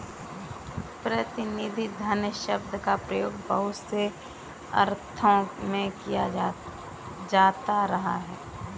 प्रतिनिधि धन शब्द का प्रयोग बहुत से अर्थों में किया जाता रहा है